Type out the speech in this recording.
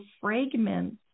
fragments